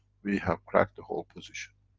we have cracked the whole position.